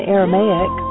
Aramaic